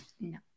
No